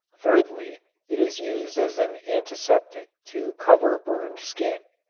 thirdly it is used as an antiseptic to cover burned skin.